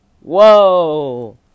Whoa